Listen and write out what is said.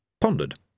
pondered